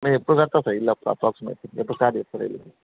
మీరు ఎప్పుడు కడతారు సార్ ఇల్లు అప్రాక్స్మేట్లీ ఎప్పుడు స్టార్ట్ చేస్తారు ఇల్లు